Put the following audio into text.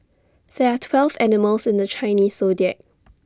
there are twelve animals in the Chinese Zodiac